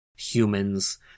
Humans